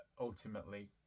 ultimately